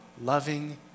loving